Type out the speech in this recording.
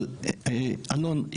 אבל אלון,